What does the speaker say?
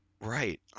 Right